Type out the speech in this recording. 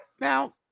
Now